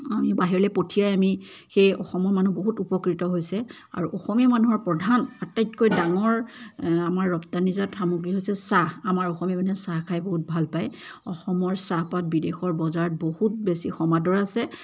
আমি বাহিৰলৈ পঠিয়াই আমি সেই অসমৰ মানুহ বহুত উপকৃত হৈছে আৰু অসমীয়া মানুহৰ প্ৰধান আৰু আটাইতকৈ ডাঙৰ আমাৰ ৰপ্তানিজাত সামগ্ৰী হৈছে চাহ আমাৰ অসমীয়া মানুহে চাহ খাই বহুত ভাল পায় অসমৰ চাহপাত বিদেশৰ বজাৰত বহুত বেছি সমাদৰ আছে